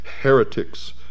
heretics